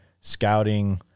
scouting